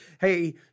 hey